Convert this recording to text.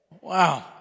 Wow